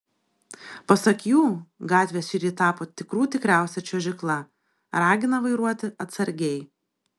pasak jų gatvės šįryt tapo tikrų tikriausia čiuožykla ragina vairuoti atsargiai